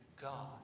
God